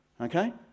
Okay